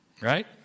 right